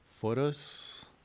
photos